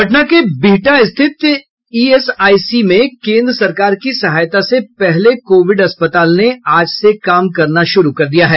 पटना के बिहटा स्थित ईएसआईसी में केन्द्र सरकार की सहायता से पहले कोविड अस्पताल ने आज से काम करना शुरू कर दिया है